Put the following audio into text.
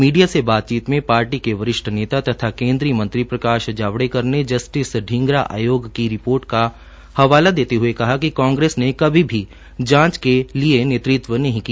media से बातचीत में पार्टी के वरिष्ठ नेता तथा केन्द्रीय मंत्री प्रकाश जावड़ेकर ने जस्टिस ढींगरा आयोग की रिपोर्ट का हवाला देते हये कहा कि कांग्रेस ने कभी भी जांच के नेतृत्व नहीं किया